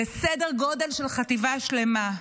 זה סדר גודל של חטיבה שלמה.